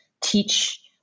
teach